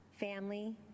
family